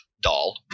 doll